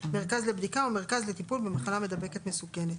מרכז לבדיקה או מרכז לטיפול במחלקה מידבקת מסוכנת'.